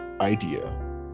idea